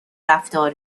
رفتار